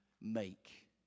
make